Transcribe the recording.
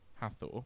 Hathor